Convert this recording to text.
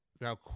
Now